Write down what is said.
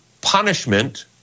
punishment